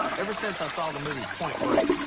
ever since i saw the movie point break.